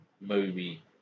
movie